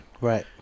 Right